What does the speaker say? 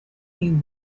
you